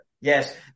Yes